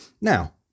Now